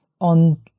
on